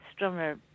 strummer